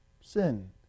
Sin